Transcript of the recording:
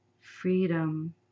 Freedom